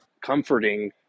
comforting